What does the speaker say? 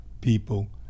people